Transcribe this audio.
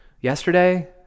Yesterday